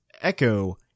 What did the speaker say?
Echo